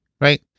Right